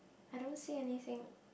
I don't see anything